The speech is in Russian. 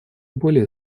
более